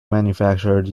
manufactured